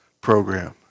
program